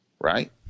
right